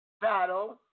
battle